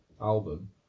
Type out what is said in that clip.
album